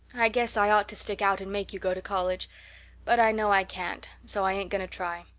i guess i ought to stick out and make you go to college but i know i can't, so i ain't going to try.